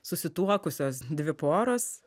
susituokusios dvi poros